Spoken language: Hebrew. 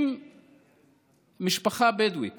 אם משפחה בדואית